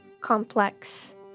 complex